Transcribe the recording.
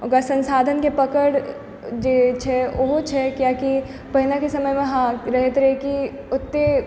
ओकरा संसाधनकेँ पकड़ जे छै ओहो छै किआक कि पहिनेके समयमे हँ रहैत रहै कि ओतेक